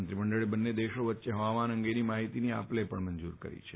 મંત્રીમંડળે બંને દેશો વચ્ચે ફવામાન અંગેની માફિતીની આપ લે પણ મંજુર કરી છે